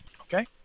Okay